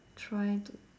try to